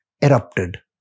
erupted